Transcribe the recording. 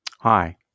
Hi